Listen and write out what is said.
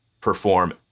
perform